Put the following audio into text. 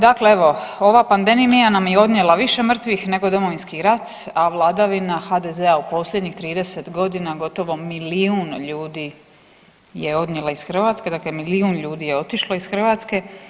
Dakle evo ova pandemija nam je odnijela više mrtvih nego Domovinski rad, a vladavina HDZ-a u posljednjih 30.g. gotovo milijun ljudi je odnijela iz Hrvatske, dakle milijun ljudi je otišlo iz Hrvatske.